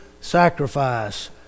sacrifice